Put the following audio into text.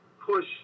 push